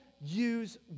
use